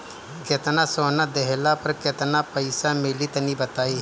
केतना सोना देहला पर केतना पईसा मिली तनि बताई?